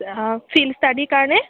অ' field ষ্টাডিৰ কাৰণে